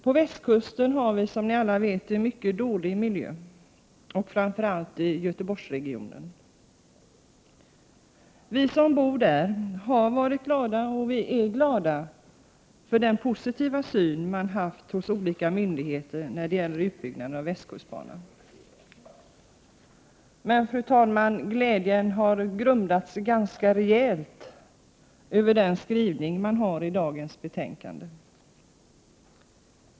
På västkusten har vi, som ni alla vet, mycket dålig miljö och framför allt i Göteborgsregionen. Vi som bor där har varit glada och är glada för den positiva syn man har haft hos olika myndigheter när det gäller utbyggnaden av västkustbanan. Men, fru talman, glädjen har grumlats ganska rejält i och med skrivningen i dagens betänkande.